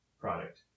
product